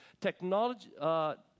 technology